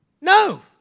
No